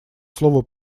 слово